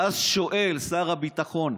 ואז שואל שר הביטחון: